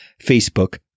Facebook